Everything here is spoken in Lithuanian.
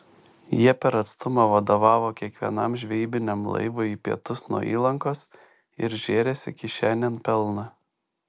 jie per atstumą vadovavo kiekvienam žvejybiniam laivui į pietus nuo įlankos ir žėrėsi kišenėn pelną